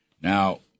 Now